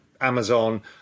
Amazon